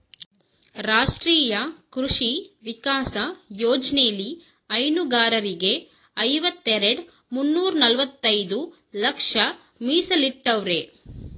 ರಾಷ್ಟ್ರೀಯ ಕೃಷಿ ವಿಕಾಸ ಯೋಜ್ನೆಲಿ ಹೈನುಗಾರರಿಗೆ ಐವತ್ತೆರೆಡ್ ಮುನ್ನೂರ್ನಲವತ್ತೈದು ಲಕ್ಷ ಮೀಸಲಿಟ್ಟವ್ರೆ